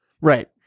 Right